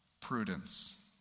prudence